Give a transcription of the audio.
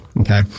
Okay